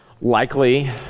Likely